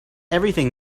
everything